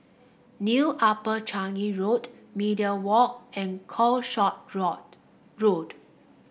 New Upper Changi Road Media Walk and Calshot Road